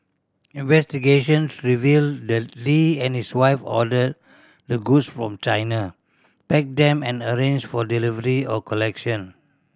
investigations revealed that Lee and his wife ordered the goods from China packed them and arranged for delivery or collection